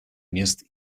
мест